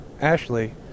Ashley